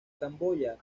camboya